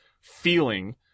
feeling